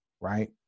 right